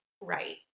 right